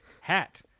hat